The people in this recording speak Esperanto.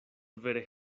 vere